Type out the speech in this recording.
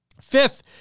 Fifth